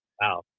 Wow